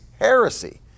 heresy